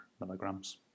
milligrams